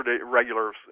regular